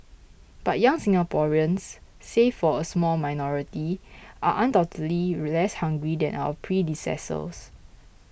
but young Singaporeans save for a small minority are undoubtedly less hungry than our predecessors